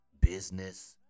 business